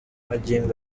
magingo